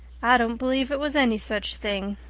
i don't believe it was any such thing.